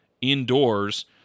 indoors